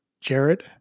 Jared